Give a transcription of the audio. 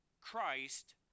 Christ